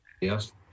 Yes